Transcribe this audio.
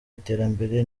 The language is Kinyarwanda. iterambere